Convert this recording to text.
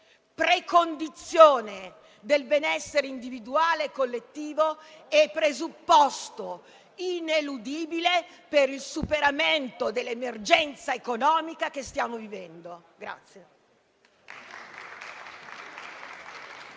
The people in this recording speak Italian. precondizione del benessere individuale e collettivo e presupposto ineludibile per il superamento dell'emergenza economica che stiamo vivendo